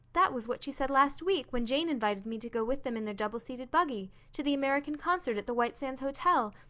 that was what she said last week when jane invited me to go with them in their double-seated buggy to the american concert at the white sands hotel.